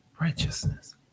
righteousness